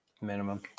Minimum